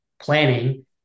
planning